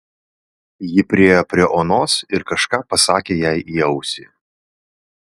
ji priėjo prie onos ir kažką pasakė jai į ausį